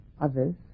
others